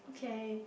okay